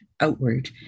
outward